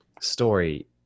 story